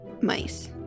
mice